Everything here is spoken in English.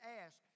ask